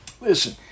Listen